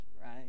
right